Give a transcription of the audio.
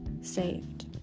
saved